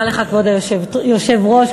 כבוד היושב-ראש,